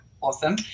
Awesome